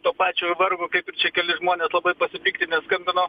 tuo pačiu vargu kaip ir čia keli žmonės labai pasipiktinę skambino